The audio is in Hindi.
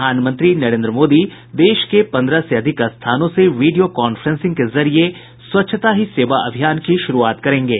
प्रधानमंत्री नरेन्द्र मोदी देश के पन्द्रह से अधिक स्थानों से वीडियो कांफ्रेंसिंग के जरिये स्वच्छता ही सेवा अभियान की शुरूआत करेंगे